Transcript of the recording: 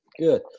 Good